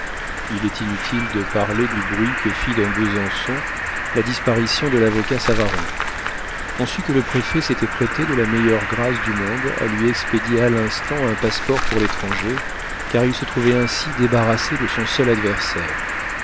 il est inutile de parler du bruit que fit dans besançon la disparition de l'avocat savaron on sut que le préfet s'était prêté de la meilleure grâce du monde à lui expédier à l'instant un passeport pour l'étranger car il se trouvait ainsi débarrassé de son seul adversaire